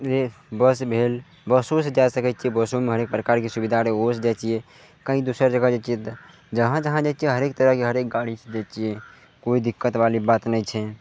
उहे बस भेल बसोसँ जा सकय छियै बसोमे हरेक प्रकारके सुविधा रहय ओहोसँ जैतियै कहीं दोसर जगह जैतियै तऽ जहाँ जहाँ जैतियै हरेक तरहके हरेक गाड़ीसँ जैतियै कोइ दिक्कतबाली बात नहि छै